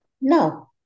No